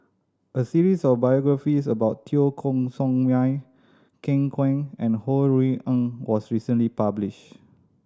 a series of biographies about Teo Koh Sock Miang Ken Kwek and Ho Rui An was recently published